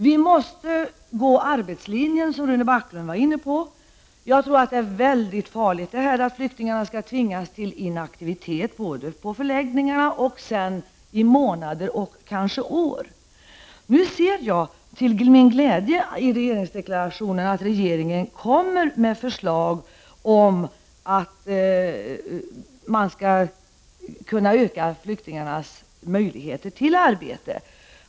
Vi måste gå arbetslinjen, som Rune Backlund var inne på. Jag tror att det är mycket farligt att flyktingarna tvingas till inaktivitet, först på förläggningarna och sedan kanske ytterligare i månader och år. Till min glädje har jag kunnat konstatera att regeringen i regeringsdeklarationen kommer med förslag till att man skall kunna öka flyktingarnas möjligheter att få arbete.